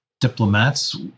diplomats